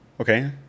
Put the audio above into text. Okay